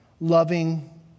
loving